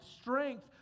strength